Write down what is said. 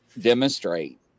demonstrate